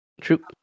True